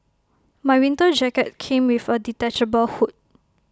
my winter jacket came with A detachable hood